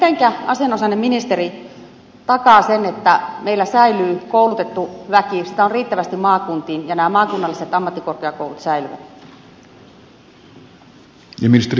miten asianomainen ministeri takaa sen että meillä säilyy koulutettu väki sitä on riittävästi maakuntiin ja nämä maakunnalliset ammattikorkeakoulut säilyvät